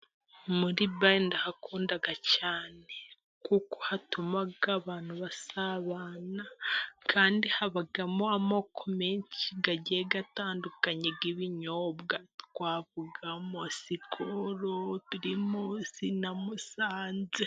Muri bale ndahakunda cyane kuko hatuma abantu basabana, kandi habamo amoko menshi agiye atandukanye y'ibinyobwa twavugamo sikolo, pirimusi na musanze.